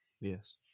Yes